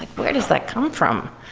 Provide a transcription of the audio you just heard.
where does that come from?